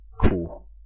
Cool